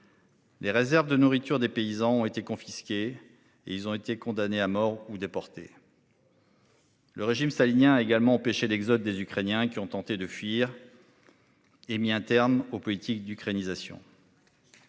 Les réserves de nourriture des paysans ont été confisqués et ils ont été condamnés à mort ou déportés. Le régime stalinien également empêcher l'exode des Ukrainiens qui ont tenté de fuir. Et mis un terme aux politiques d'Ukraine Isaksson.